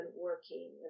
working